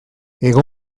hego